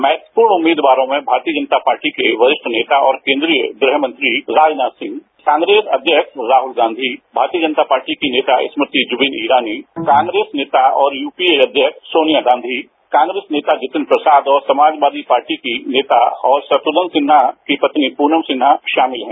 महत्वपूर्ण उम्मीदवारों में भारतीय जनता पार्टी के वरिष्ठ नेता और केंद्रीय गृह मंत्री राजनाथ सिंह कांग्रेस अध्यक्ष राहल गांधी भारतीय जनता पार्टी की नेता स्मृति जुबिन इरानी कांग्रेस नेता और यूपीए अध्यक्ष सोनिया गांधी कांग्रेस नेता जितिन प्रसाद और समाजवादी पार्टी की नेता और शत्रुघ्न सिन्हा की पत्नी प्रनम सिन्हा शामिल हैं